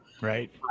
Right